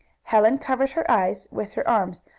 helen covered her eyes with her arms,